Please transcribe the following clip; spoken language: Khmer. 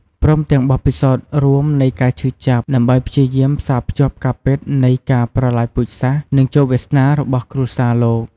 ព្រមទាំងបទពិសោធន៍រួមនៃការឈឺចាប់ ដើម្បីព្យាយាមផ្សារភ្ជាប់ការពិតនៃការប្រល័យពូជសាសន៍ និងជោគវាសនារបស់គ្រួសារលោក។